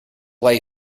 lay